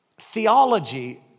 Theology